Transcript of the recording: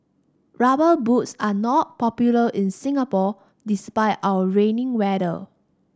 rubber boots are not popular in Singapore despite our rainy weather